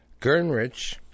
Gernrich